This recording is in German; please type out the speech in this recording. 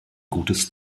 gutes